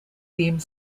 theme